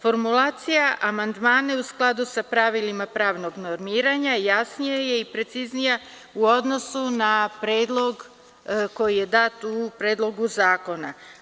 Formulacija amandmana je u skladu sa pravilima pravnog normiranja, jasnija je i preciznija u odnosu na predlog koji je dat u Predlogu zakona.